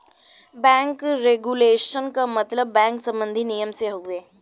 bank regulation क मतलब bank सम्बन्धी नियम से हउवे